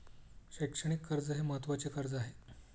शैक्षणिक कर्ज हे महत्त्वाचे कर्ज आहे